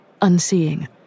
unseeing